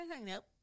Nope